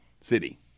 City